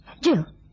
Jill